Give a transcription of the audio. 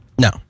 No